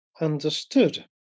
understood